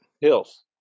Hills